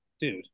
Dude